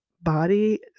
body